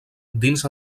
dins